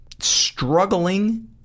struggling